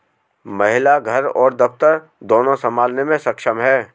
महिला घर और दफ्तर दोनो संभालने में सक्षम हैं